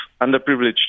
underprivileged